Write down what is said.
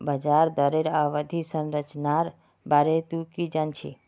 ब्याज दरेर अवधि संरचनार बारे तुइ की जान छि